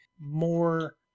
more